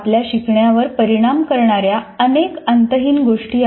आपल्या शिकण्यावर परिणाम करणाऱ्या अनेक अंतहीन गोष्टी आहेत